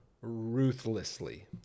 ruthlessly